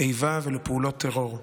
איבה ולפעולות טרור.